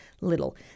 little